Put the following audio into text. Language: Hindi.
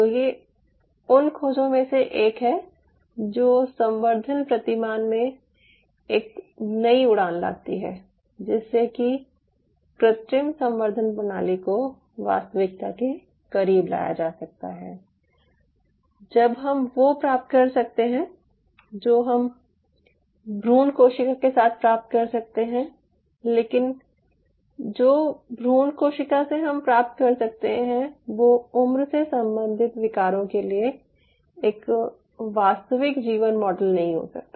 तो ये उन खोजों में से एक है जो संवर्धन प्रतिमान में एक नयी उड़ान लाती है जिससे कि कृत्रिम संवर्धन प्रणाली को वास्तविकता के करीब लाया जा सकता है जहां हम वो प्राप्त कर सकते हैं जो हम भ्रूण कोशिका के साथ प्राप्त कर सकते हैं लेकिन जो भ्रूण कोशिका से हम प्राप्त कर सकते हैं वो उम्र से संबंधित विकारों के लिए एक वास्तविक जीवन मॉडल नहीं हो सकता